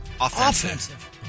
Offensive